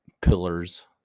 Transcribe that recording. pillars